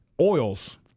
oils